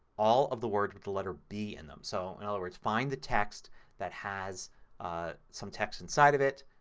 all of the words with the letter b in them. so, in other words, find the text that has some text inside of it,